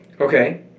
Okay